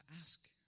ask